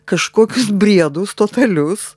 kažkokius briedus totalius